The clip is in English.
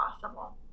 possible